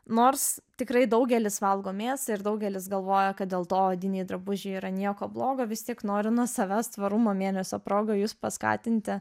nors tikrai daugelis valgo mėsą ir daugelis galvoja kad dėl to odiniai drabužiai yra nieko blogo vis tik noriu nuo savęs tvarumo mėnesio proga jus paskatinti